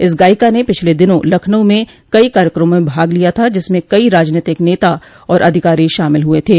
इस गायिका ने पिछले दिनों लखनऊ में कई कार्यक्रमों में भाग लिया था जिसमें कई राजनैतिक नेता और अधिकारी शामिल हुए थे